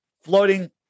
floating